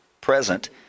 present